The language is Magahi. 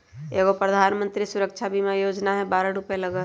एगो प्रधानमंत्री सुरक्षा बीमा योजना है बारह रु लगहई?